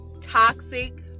toxic